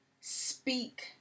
speak